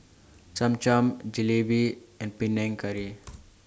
Cham Cham Jalebi and Panang Curry